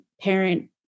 parent